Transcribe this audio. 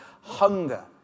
hunger